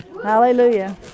Hallelujah